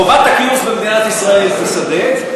חובת הגיוס במדינת ישראל תיסדק,